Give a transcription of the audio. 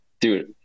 dude